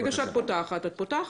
ברגע שאת פותחת את פותחת.